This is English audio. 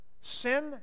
Sin